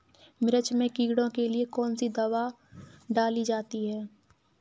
मिर्च में कीड़ों के लिए कौनसी दावा डाली जाती है?